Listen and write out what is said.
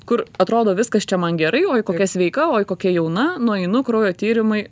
kur atrodo viskas čia man gerai oi kokia sveika oi kokia jauna nueinu kraujo tyrimai